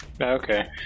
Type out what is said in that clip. okay